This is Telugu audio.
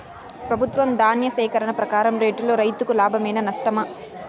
ప్రభుత్వం ధాన్య సేకరణ ప్రకారం రేటులో రైతుకు లాభమేనా నష్టమా?